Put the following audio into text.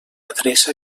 adreça